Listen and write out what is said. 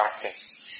practice